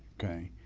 okay?